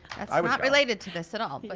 i mean not related to this at all. but,